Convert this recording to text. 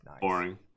boring